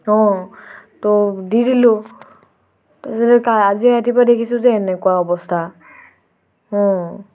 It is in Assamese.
অঁ ত' দি দিলোঁ তাৰছতে আজিও ৰাতিপুৱা দেখিছোঁ যে এনেকুৱা অৱস্থা অঁ